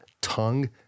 tongue